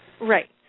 Right